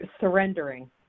Surrendering